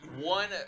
one